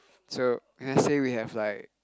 so can I say we have like